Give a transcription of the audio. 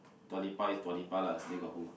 Dua-Lipa is Dua-Lipa lah still got who